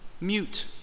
mute